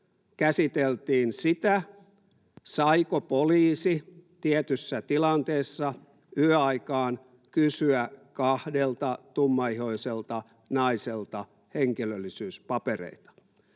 käsiteltiin sitä, saiko poliisi tietyssä tilanteessa yöaikaan kysyä kahdelta tummaihoiselta naiselta henkilöllisyyspapereita.